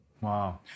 Wow